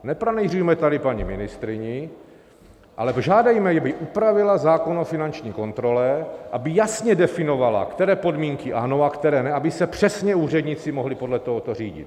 Nepranýřujme tady paní ministryni, ale žádejme ji, aby upravila zákon o finanční kontrole, aby jasně definovala, které podmínky ano a které ne, aby se přesně úředníci mohli podle tohoto řídit.